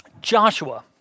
Joshua